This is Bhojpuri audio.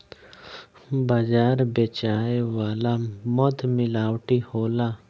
बाजार बेचाए वाला मध मिलावटी होला